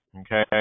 Okay